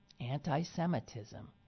anti-Semitism